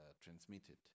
transmitted